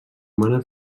humana